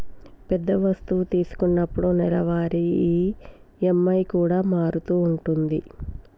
పెద్ద వస్తువు తీసుకున్నప్పుడు నెలవారీ ఈ.ఎం.ఐ కూడా మారుతూ ఉంటది